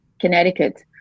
Connecticut